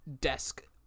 desk